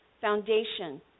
foundation